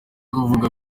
uvuga